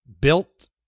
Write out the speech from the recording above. built